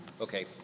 Okay